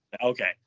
okay